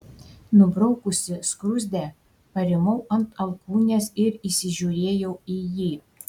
nubraukusi skruzdę parimau ant alkūnės ir įsižiūrėjau į jį